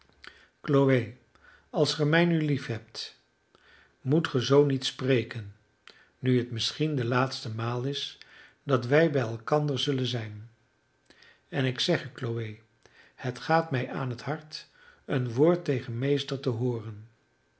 chloe als ge mij nu liefhebt moet ge zoo niet spreken nu het misschien de laatste maal is dat wij bij elkander zullen zijn en ik zeg u chloe het gaat mij aan het hart een woord tegen meester te hooren